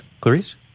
Clarice